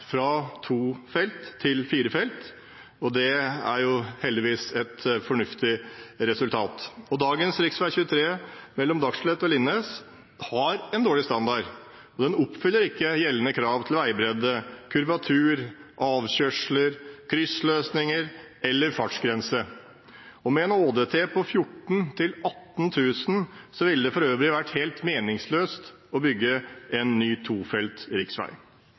fra to felt til fire felt, og det er jo heldigvis et fornuftig resultat. Dagens rv. 23 mellom Dagslett og Linnes har en dårlig standard, og den oppfyller ikke gjeldende krav til veibredde, kurvatur, avkjørsler, kryssløsninger eller fartsgrense, og med en ÅDT – årsdøgnstrafikk – på 14 000–18 000 ville det for øvrig vært helt meningsløst å bygge en ny